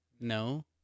No